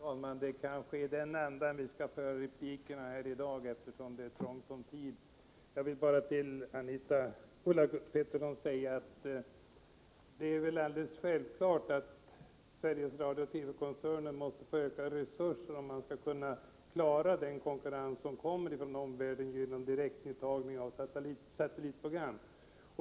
Herr talman! Det kanske är i den andan vi skall föra replikskiftena i dag, eftersom det är dåligt med tid. Jag vill säga till Ulla Pettersson att Sveriges Radio och TV-koncernen naturligtvis måste få ökade resurser, om man skall kunna klara den konkurrens som kommer från omvärlden genom direktintagning av satellitprogram.